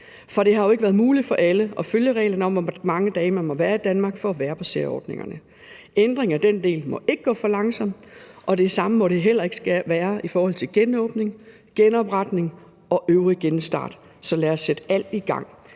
For det har jo ikke været muligt for alle at følge reglerne om, hvor mange dage man må være i Danmark for at være på særordningerne. Ændring af den del må ikke gå for langsomt, og det samme gælder i forhold til genåbning, genopretning og øvrig genstart. Så lad os sætte alt i gang.